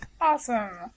Awesome